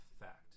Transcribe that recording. effect